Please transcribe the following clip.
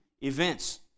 events